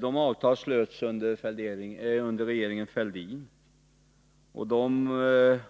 De avtalen slöts under regeringen Fälldin, och det